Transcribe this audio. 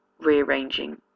rearranging